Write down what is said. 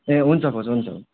ए हुन्छ कोच हुन्छ